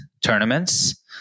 tournaments